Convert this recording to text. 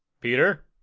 Peter